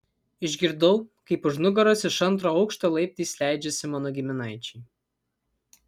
išgirdau kaip už nugaros iš antro aukšto laiptais leidžiasi mano giminaičiai